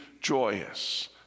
joyous